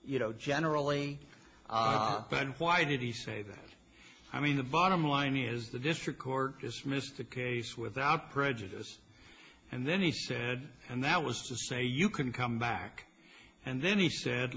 you know generally ah but why did he say that i mean the bottom line is the district court dismissed the case without prejudice and then he said and that was to say you can come back and then he said